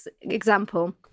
example